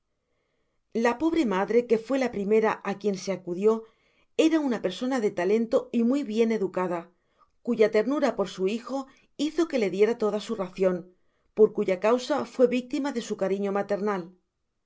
la pobre madre que fué la primera á qnien se acudió era una persona de talento y muy bien educada cuya ternura por su hijo hizo que le diera toda su racion por cuya causa fué victima de su cariño maternal